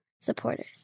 supporters